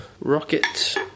rocket